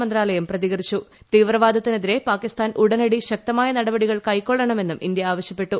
മന്ത്രാവലയം തീവ്രവാദത്തിനെതിരെ പാകിസ്ഥാൻ ഉടനട്ടി ശക്തമായ നടപടികൾ കൈക്കൊള്ളണമെന്നും ഇന്ത്യ ആവശ്യപ്പെട്ടു